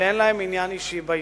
שאין להם עניין אישי באישור.